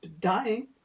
dying